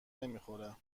نمیخوره